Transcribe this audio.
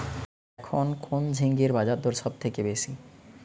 এখন কোন ঝিঙ্গের বাজারদর সবথেকে বেশি?